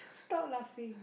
stop laughing